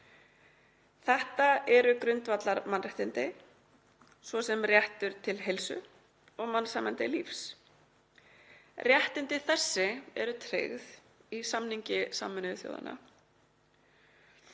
Þetta eru grundvallarmannréttindi, svo sem réttur til heilsu og mannsæmandi lífs. Réttindi þessi eru tryggð í samningi Sameinuðu þjóðanna